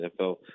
NFL